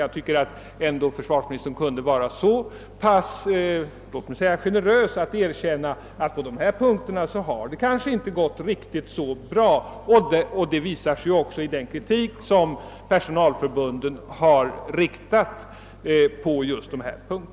Jag tycker att försvarsministern kunde vara låt mig säga så generös att han erkände, att det på dessa punkter kanske inte har gått riktigt bra. Det visar också den kritik som personalförbunden har framfört.